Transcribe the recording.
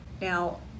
Now